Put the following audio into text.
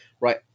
right